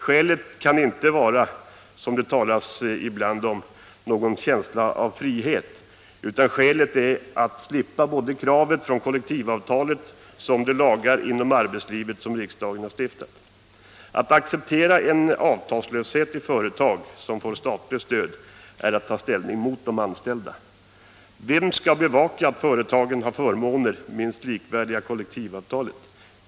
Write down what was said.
Skälet kaninte vara— som det ibland talas om — någon känsla av frihet, utan skälet är att slippa kraven från såväl kollektivavtal som de lagar inom arbetslivet som riksdagen har stiftat. Men att acceptera en avtalslöshet i företag som får statligt stöd är att ta ställning mot de anställda. Vem skall bevaka att företagen har förmåner som är minst likvärdiga med kollektivavtalet?